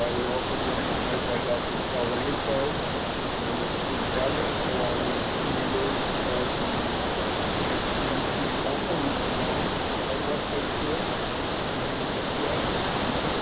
ah we are also joined tonight by dr. michelle langelfeld and members of her cabinet, along with two members of the intercity student council. luke pazani from southwest high school and its jasmine here?